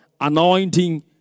anointing